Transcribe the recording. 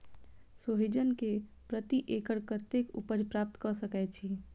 सोहिजन केँ प्रति एकड़ कतेक उपज प्राप्त कऽ सकै छी?